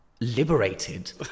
liberated